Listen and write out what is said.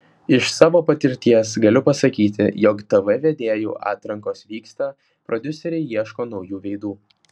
iš savo patirties galiu pasakyti jog tv vedėjų atrankos vyksta prodiuseriai ieško naujų veidų